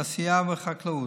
התעשייה והחקלאות.